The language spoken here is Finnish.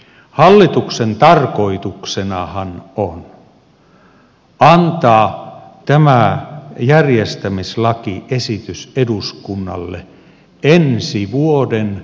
hallituksen tarkoituksenahan on antaa tämä järjestämislakiesitys eduskunnalle ensi vuoden huhtikuussa